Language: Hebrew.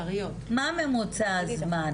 מה ממוצע הזמן